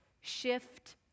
Shift